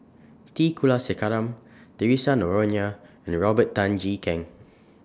T Kulasekaram Theresa Noronha and Robert Tan Jee Keng